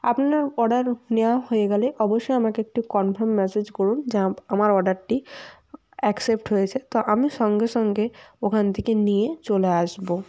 আপনার অর্ডার নেওয়া হয়ে গেলে অবশ্যই আমাকে একটু কনফার্ম ম্যাসেজ করুন যে আমার অর্ডারটি অ্যাকসেপ্ট হয়েছে তো আমি সঙ্গে সঙ্গে ওখান থেকে নিয়ে চলে আসবো